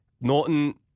Norton